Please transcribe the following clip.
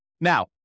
Now